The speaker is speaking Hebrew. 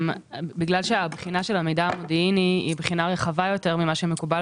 בגלל שהבחינה של המידע המודיעיני היא בחינה רחבה יותר ממה שמקובל,